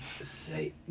say